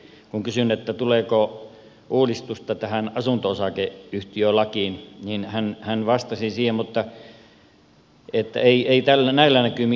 kun kysyin tuleeko uudistusta tähän asunto osakeyhtiölakiin niin oikeusministeri henriksson vastasi silloin että ei näillä näkymin ole tulossa